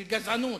של גזענות,